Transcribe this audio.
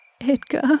Edgar